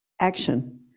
action